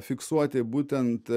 fiksuoti būtent